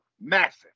Massive